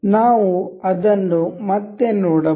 ನಾವು ಅದನ್ನು ಮತ್ತೆ ನೋಡಬಹುದು